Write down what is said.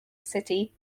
city